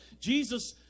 Jesus